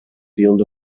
field